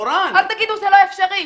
אל תגידו זה לא אפשרי.